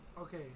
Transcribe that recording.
Okay